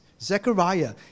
Zechariah